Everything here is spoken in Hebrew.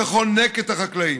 שחונק את החקלאים,